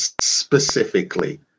specifically